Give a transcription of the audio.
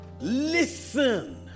listen